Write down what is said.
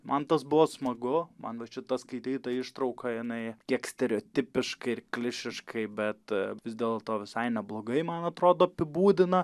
man tas buvo smagu man vat va šita skaityta ištrauka kiek stereotipiškai klišiškai bet vis dėlto visai neblogai man atrodo apibūdina